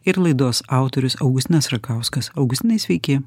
ir laidos autorius augustinas rakauskas augustinai sveiki